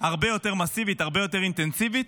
הרבה יותר מסיבית, הרבה יותר אינטנסיבית,